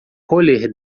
roller